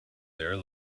there